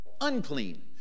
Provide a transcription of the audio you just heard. unclean